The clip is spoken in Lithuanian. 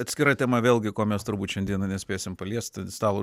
atskira tema vėlgi ko mes turbūt šiandieną nespėsim paliesti savo